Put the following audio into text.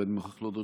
ואני מוכרח להודות